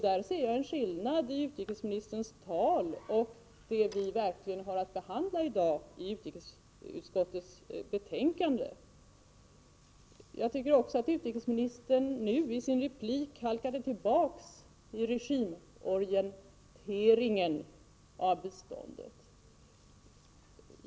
Där ser jag en skillnad mellan utrikesministerns tal och vad vi verkligen har att behandla i dag i utrikesutskottets betänkande. Jag tycker även att utrikesministern nu i sin replik halkade tillbaka i regimorienteringen av biståndet.